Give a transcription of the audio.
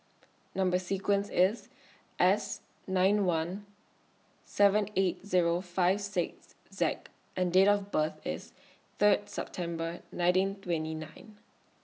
Number sequence IS S nine one seven eight Zero five six Z and Date of birth IS Third September nineteen twenty nine